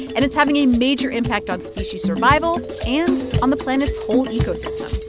and it's having a major impact on species survival and on the planet's whole ecosystem